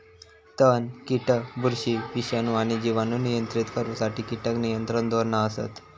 तण, कीटक, बुरशी, विषाणू आणि जिवाणू नियंत्रित करुसाठी कीटक नियंत्रण धोरणा असत